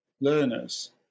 learners